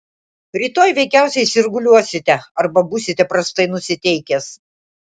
rytoj veikiausiai sirguliuosite arba būsite prastai nusiteikęs